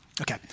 Okay